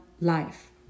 life